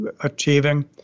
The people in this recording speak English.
achieving